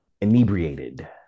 inebriated